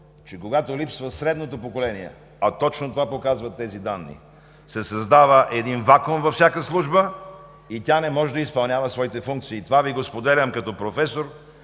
че когато липсва средното поколение, а точно това показват тези данни, се създава вакуум във всяка служба и тя не може да изпълнява своите функции. Това Ви споделям като професор,